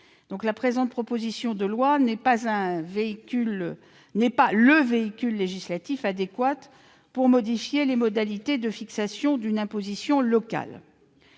La présente proposition de loi n'est pas le véhicule législatif adéquat pour modifier les modalités de fixation d'une imposition locale.